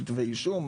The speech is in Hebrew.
כתבי אישום?